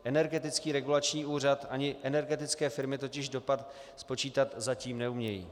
Energetický regulační úřad ani energetické firmy totiž dopad zatím spočítat neumějí.